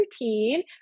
routine